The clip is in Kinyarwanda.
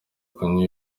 kunywa